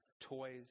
toys